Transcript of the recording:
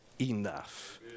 enough